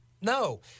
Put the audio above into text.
no